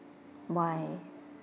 why